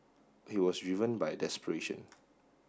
he was driven by desperation